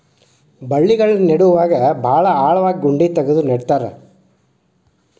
ಬಳ್ಳಿಗಳನ್ನ ನೇಡುವಾಗ ಭಾಳ ಆಳವಾಗಿ ಗುಂಡಿ ತಗದು ನೆಡತಾರ